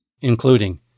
including